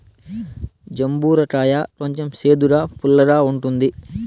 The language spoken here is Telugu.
జంబూర కాయ కొంచెం సేదుగా, పుల్లగా ఉంటుంది